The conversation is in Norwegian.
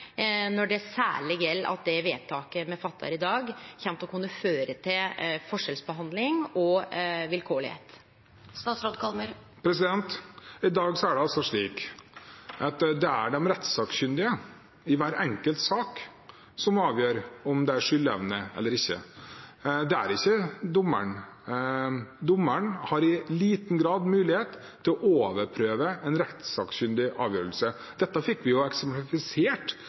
når det gjeld at det vedtaket me vil gjere i dag, kjem til å kunne føre til forskjellsbehandling og vilkårlegheit? I dag er det de rettssakkyndige i hver enkelt sak som avgjør om det er skyldevne eller ikke. Det er ikke dommeren. Dommeren har i liten grad mulighet til å overprøve en rettssakkyndig avgjørelse. Dette fikk vi eksemplifisert